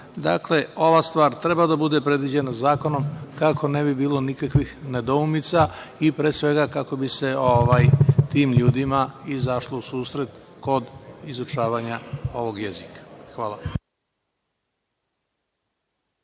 ova stvar treba da bude predviđena zakonom kako ne bi bilo nikakvih nedoumica i, pre svega, kako bi se tim ljudima izašlo u susret kod izučavanja ovog jezika. Hvala.